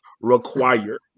require